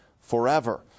forever